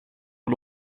och